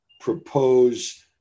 propose